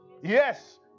Yes